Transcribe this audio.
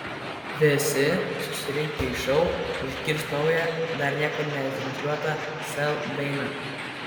visi susirinkę į šou išgirs naują dar niekur netransliuotą sel dainą